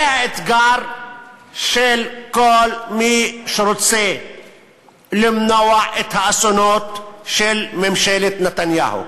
זה האתגר של כל מי שרוצה למנוע את האסונות של ממשלת נתניהו.